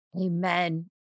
Amen